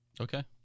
Okay